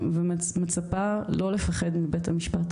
ומצפה לא לפחד מבית המשפט.